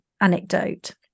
anecdote